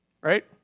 Right